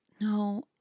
no